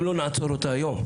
אם לא נעצור אותה היום,